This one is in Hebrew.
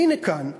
והנה כאן,